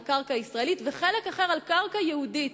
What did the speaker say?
קרקע ישראלית וחלק אחר על קרקע יהודית.